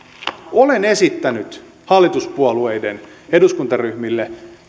olen esittänyt hallituspuolueiden eduskuntaryhmille